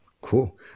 cool